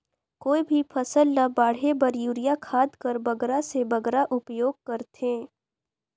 कोई भी फसल ल बाढ़े बर युरिया खाद कर बगरा से बगरा उपयोग कर थें?